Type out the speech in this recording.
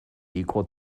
equal